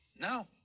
No